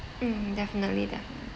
mm definitely definitely